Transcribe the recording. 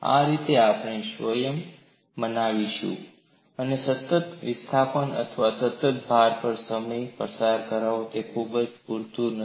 આ રીતે આપણે સ્વયંને મનાવીશું સતત વિસ્થાપન અથવા સતત ભાર પર સમય પસાર કરવો તે પૂરતું સારું છે